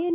N